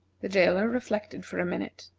the jailer reflected for a minute.